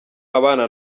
abana